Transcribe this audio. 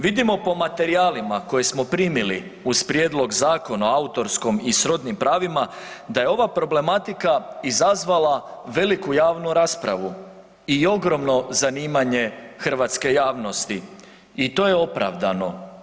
Vidimo po materijalima koje smo primili uz prijedlog zakona o autorskom i srodnim pravima, da je ova problematika izazvala veliku javnu raspravu i ogromno zanimanje hrvatske javnosti i to je opravdano.